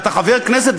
אתה חבר כנסת,